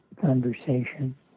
conversation